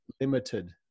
limited